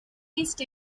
east